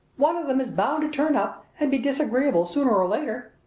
one of them is bound to turn up and be disagreeable sooner or later.